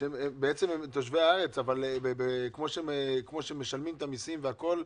בעצם הם תושבי הארץ שמשלמים מסים והכול.